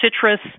citrus